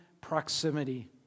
proximity